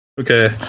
Okay